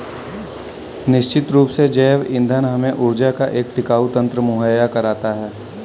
निश्चित रूप से जैव ईंधन हमें ऊर्जा का एक टिकाऊ तंत्र मुहैया कराता है